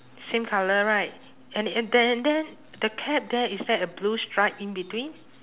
same colour right and and then and then the cap there is that a blue stripe in between